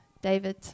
David